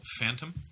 Phantom